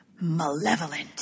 malevolent